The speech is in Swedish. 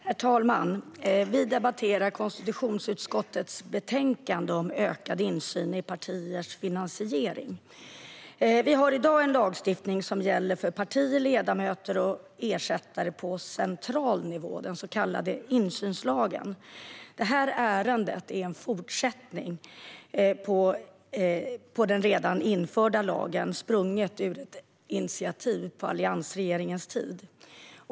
Herr talman! Vi ska nu debattera konstitutionsutskottets betänkande om ökad insyn i partiers finansiering. Vi har i dag en lagstiftning som gäller partier, ledamöter och ersättare på central nivå, den så kallade insynslagen. Det här ärendet är en fortsättning på den redan införda lagen och är sprunget ur ett initiativ från alliansregeringens tid.